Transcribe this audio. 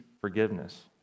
forgiveness